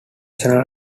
national